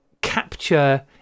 capture